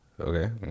Okay